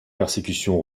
persécutions